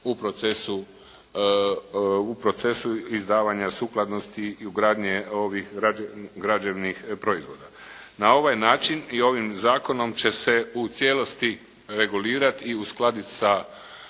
u procesu izdavanja sukladnosti i ugradnje ovih građevnih proizvoda. Na ovaj način i ovim zakonom će se u cijelosti regulirati i uskladiti sa